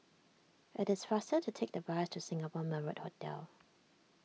it is faster to take the bus to Singapore Marriott Hotel